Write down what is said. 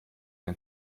ein